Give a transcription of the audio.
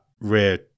rear